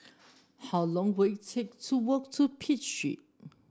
how long will it take to walk to Pitt Street